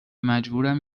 مجبورم